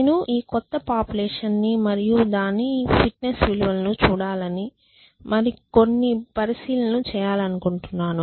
నేను ఈ కొత్త పాపులేషన్ ని మరియు దాని ఫిట్నెస్ విలువలను చూడాలని మరియు కొన్ని పరిశీలనలు చేయాలనుకుంటున్నాను